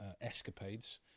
escapades